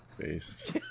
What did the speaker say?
Face